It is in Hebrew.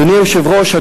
אדוני היושב-ראש,